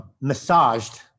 massaged